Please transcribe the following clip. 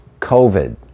COVID